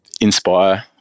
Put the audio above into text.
inspire